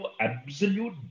absolute